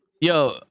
Yo